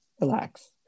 relax